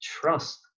trust